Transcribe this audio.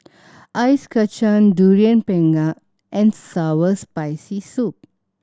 Ice Kachang Durian Pengat and sour and Spicy Soup